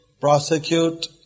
prosecute